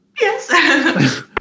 Yes